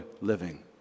living